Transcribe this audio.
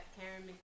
Karen